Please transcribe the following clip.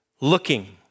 Looking